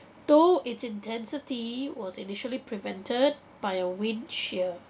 though its intensity was initially prevented by a windshield